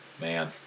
man